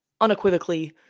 unequivocally